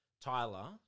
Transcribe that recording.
Tyler